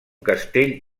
castell